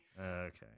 okay